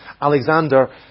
Alexander